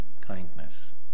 kindness